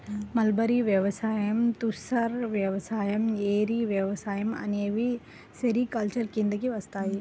mulberry వ్యవసాయం, తుసర్ వ్యవసాయం, ఏరి వ్యవసాయం అనేవి సెరికల్చర్ కిందికి వస్తాయి